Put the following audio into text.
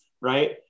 right